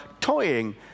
toying